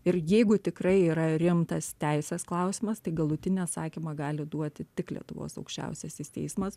ir jeigu tikrai yra rimtas teisės klausimas tai galutinį atsakymą gali duoti tik lietuvos aukščiausiasis teismas